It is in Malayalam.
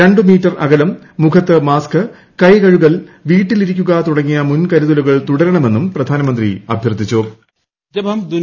രണ്ടുമീറ്റർ അകലം മുഖത്ത് മാസ്ക് കൈകഴുകൽ വീട്ടിലിരിക്കുക തുടങ്ങിയ മുൻകരുതലുകൾ തുടരണമെന്നും പ്രധാനമന്ത്രി അഭ്യർത്ഥിച്ചു